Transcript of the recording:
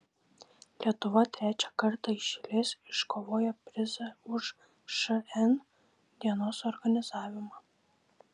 lietuva trečią kartą iš eilės iškovojo prizą už šn dienos organizavimą